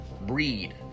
breed